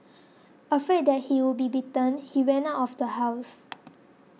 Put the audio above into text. afraid that he would be beaten he ran out of the house